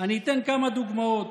אני אתן כמה דוגמאות.